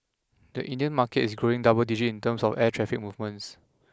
the Indian market is growing double digit in terms of air traffic movements